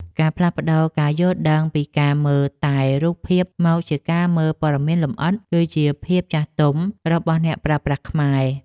ការផ្លាស់ប្តូរការយល់ដឹងពីការមើលតែរូបភាពមកជាការមើលព័ត៌មានលម្អិត គឺជាភាពចាស់ទុំរបស់អ្នកប្រើប្រាស់ខ្មែរ។